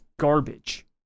garbage